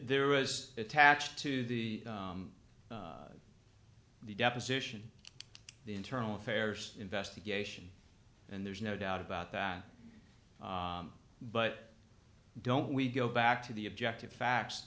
there was attached to the the deposition the internal affairs investigation and there's no doubt about that but don't we go back to the objective facts